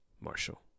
Marshall